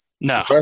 No